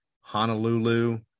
Honolulu